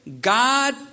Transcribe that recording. God